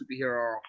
superhero